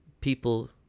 people